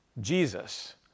Jesus